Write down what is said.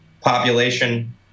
population